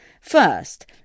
First